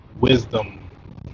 wisdom